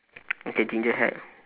okay ginger hair